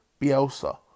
Bielsa